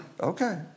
Okay